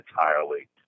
entirely